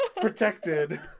protected